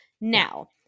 Now